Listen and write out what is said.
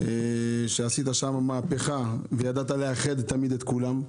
עשית שם מהפכה, וידעת לאחד את כולם תמיד.